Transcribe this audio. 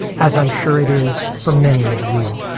as i'm sure it is for many of you.